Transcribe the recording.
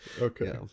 Okay